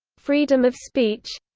freedom of speech